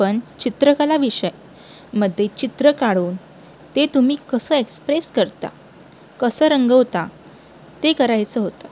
पण चित्रकला विषय मध्ये चित्र काढून ते तुम्ही कसं एक्सप्रेस करता कसं रंगवता ते करायचं होतं